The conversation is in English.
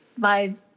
five